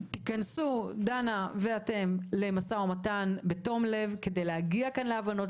תיכנסו למשא ומתן בתום-לב כדי להגיע כאן להבנות,